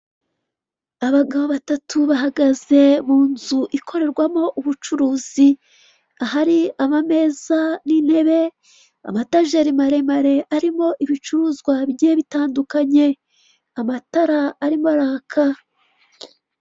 Abagabo batatu bahagaze mu nzu ikorerwamo ubucuruzi ahari amameza n'intebe amatajeri maremare arimo ibicuruzwa bigiye bitandukanye amatara arimo araka.